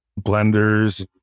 blenders